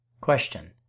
Question